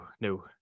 no